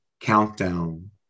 countdown